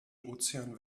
ozean